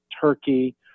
Turkey